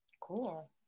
cool